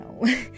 no